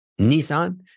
Nissan